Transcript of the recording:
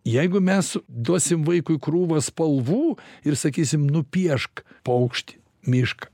jeigu mes duosim vaikui krūvą spalvų ir sakysim nupiešk paukštį mišką